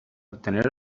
obtener